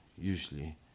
usually